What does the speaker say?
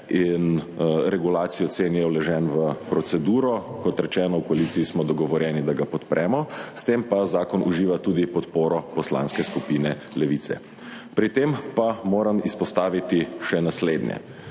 in regulacijo cen, je vložen v proceduro. Kot rečeno, v koaliciji smo dogovorjeni, da ga podpremo, s tem pa zakon uživa tudi podporo Poslanske skupine Levica. Pri tem pa moram izpostaviti še naslednje.